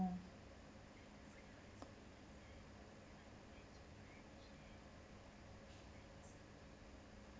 orh